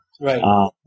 Right